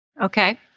Okay